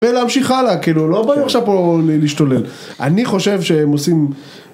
ולהמשיך הלאה, כאילו, לא באים עכשיו פה להשתולל. אני חושב שהם עושים...